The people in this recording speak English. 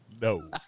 No